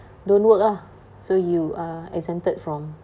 don't work ah so you are exempted from